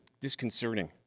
disconcerting